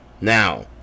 Now